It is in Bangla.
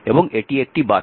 এবং এটি একটি বাতি